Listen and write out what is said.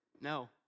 No